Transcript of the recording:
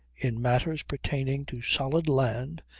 in matters pertaining to solid land,